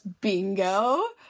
bingo